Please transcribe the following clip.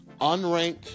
unranked